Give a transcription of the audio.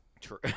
True